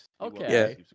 Okay